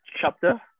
chapter